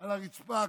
על הרצפה,